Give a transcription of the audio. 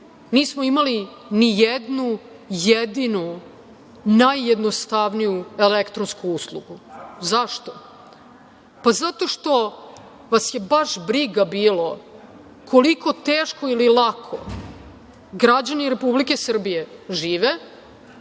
Nismo imali ni jednu jedinu najjednostavniju elektronsku uslugu. Zašto? Zato što vas je baš briga bilo koliko teško ili lako građani Republike Srbije žive,